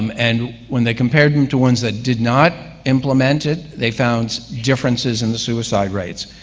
um and when they compared them to ones that did not implement it, they found differences in the suicide rates,